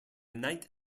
night